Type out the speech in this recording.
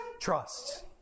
trust